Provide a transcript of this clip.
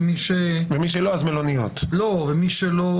ומי שלא -- מי שלא,